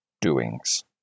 doings